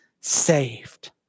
saved